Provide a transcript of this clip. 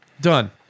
Done